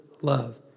love